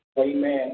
Amen